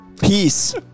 Peace